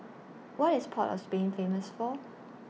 What IS Port of Spain Famous For